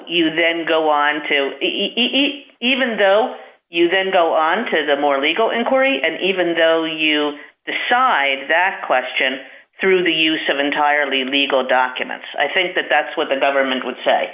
you then go on to be easy even though you then go on to the more legal inquiry and even though you decide that question through the use of entirely legal documents i think that that's what the government would say